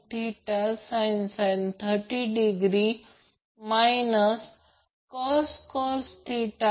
36° KVA असेल याचा अर्थ तो V I cos V b i sin आहे